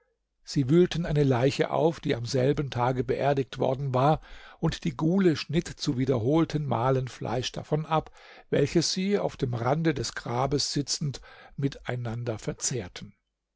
sie wühlten eine leiche auf die am selben tage beerdigt worden war und die gule schnitt zu wiederholten malen fleisch davon ab welches sie auf dem rande des grabes sitzend miteinander verzehrten